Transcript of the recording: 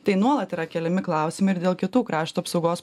tai nuolat yra keliami klausimai ir dėl kitų krašto apsaugos